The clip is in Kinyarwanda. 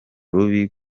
rubi